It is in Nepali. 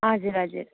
हजुर हजुर